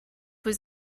was